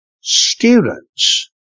students